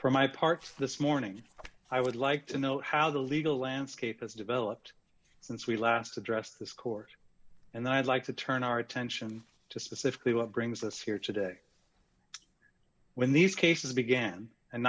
for my part this morning i would like to know how the legal landscape has developed since we last address this court and i'd like to turn our attention to specifically what brings us here today when these cases began and